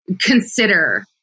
consider